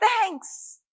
thanks